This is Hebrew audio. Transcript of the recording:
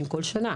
כל שנה,